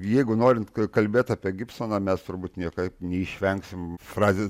jeigu norint kalbėti apie gibsoną mes turbūt niekaip neišvengsim frazės